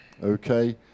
Okay